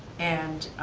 and